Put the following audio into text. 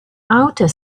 outer